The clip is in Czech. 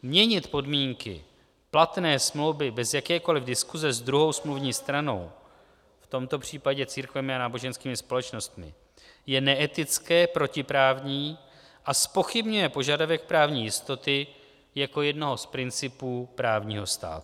Měnit podmínky platné smlouvy bez jakékoliv diskuse s druhou smluvní stranou, v tomto případě církvemi a náboženskými společnostmi, je neetické, protiprávní a zpochybňuje požadavek právní jistoty jako jednoho z principů právního státu.